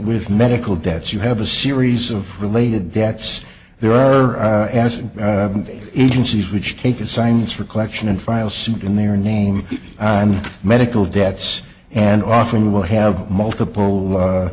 with medical debts you have a series of related debts there are as agencies which take assignments for collection and file suit in their name on medical debts and often will have multiple